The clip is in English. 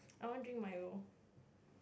I want drink Milo